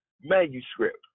manuscript